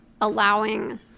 allowing